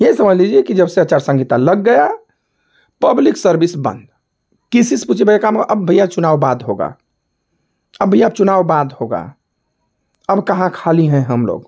यह समझ लीजिए कि जब से आचार संगीता लग गया पब्लिक सर्विस बंद किसी से कुछ भी भैया काम हुआ अब भैया चुनाव बाद होगा अभी आप चुनाव बाद होगा अब कहाँ खाली हैं हम लोग